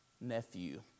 nephew